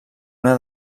una